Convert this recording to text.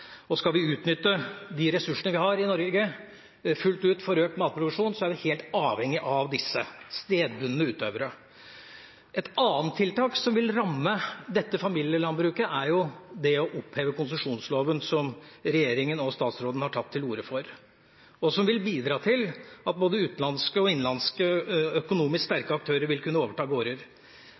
Skal vi fullt ut utnytte de ressursene vi har i Norge for økt matproduksjon, er vi helt avhengige av disse stedbundne utøverne. Et annet tiltak som vil ramme familielandbruket, er å oppheve konsesjonsloven, som regjeringen og statsråden har tatt til orde for, og som vil bidra til at både utenlandske og innenlandske økonomisk sterke aktører vil kunne overta gårder.